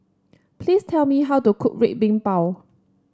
please tell me how to cook Red Bean Bao